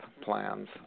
plans